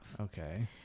Okay